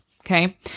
Okay